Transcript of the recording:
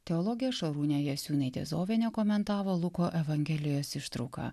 teologė šarūnė jasiūnaitė zovienė komentavo luko evangelijos ištrauką